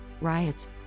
riots